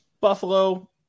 Buffalo